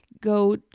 go